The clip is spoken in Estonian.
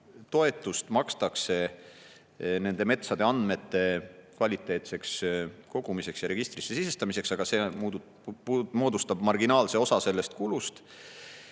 makstakse nende metsade andmete kvaliteetseks kogumiseks ja registrisse sisestamiseks, aga see moodustab marginaalse osa sellest kulust.